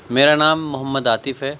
میرا نام محمد عاطف ہے